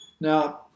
Now